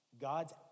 God's